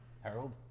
Harold